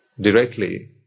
directly